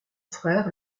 frère